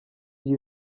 iyi